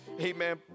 Amen